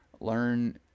learn